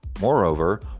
Moreover